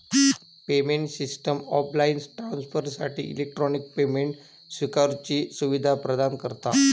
payment system offline ट्रांसफरसाठी electronic payment स्विकारुची सुवीधा प्रदान करता